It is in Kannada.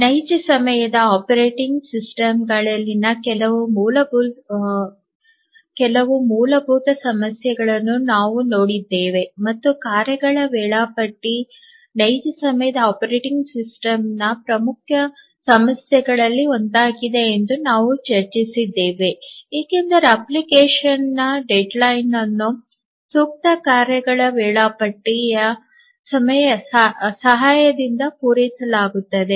ನೈಜ ಸಮಯದ ಆಪರೇಟಿಂಗ್ ಸಿಸ್ಟಮ್ಗಳಲ್ಲಿನ ಕೆಲವು ಮೂಲಭೂತ ಸಮಸ್ಯೆಗಳನ್ನು ನಾವು ನೋಡಿದ್ದೇವೆ ಮತ್ತು ಕಾರ್ಯಗಳ ವೇಳಾಪಟ್ಟಿ ನೈಜ ಸಮಯದ ಆಪರೇಟಿಂಗ್ ಸಿಸ್ಟಂನ ಪ್ರಮುಖ ಸಮಸ್ಯೆಗಳಲ್ಲಿ ಒಂದಾಗಿದೆ ಎಂದು ನಾವು ಚರ್ಚಿಸಿದ್ದೇವೆ ಏಕೆಂದರೆ ಅಪ್ಲಿಕೇಶನ್ನ ಗಡುವನ್ನು ಸೂಕ್ತ ಕಾರ್ಯಗಳ ವೇಳಾಪಟ್ಟಿಯ ಸಹಾಯದಿಂದ ಪೂರೈಸಲಾಗುತ್ತದೆ